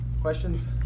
questions